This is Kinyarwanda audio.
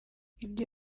ibyo